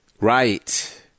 Right